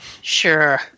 Sure